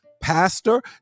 Pastor